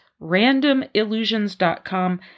randomillusions.com